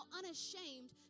unashamed